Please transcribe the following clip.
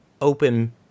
open